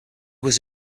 was